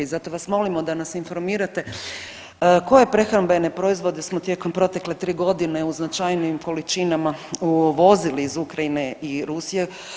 I zato vas molimo da nas informirate koje prehrambene proizvode smo tijekom protekle 3 godine u značajnijim količinama uvozili iz Ukrajine i Rusije.